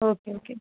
okay okay